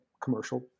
commercial